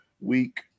week